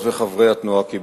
חברות וחברי התנועה הקיבוצית,